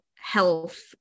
Health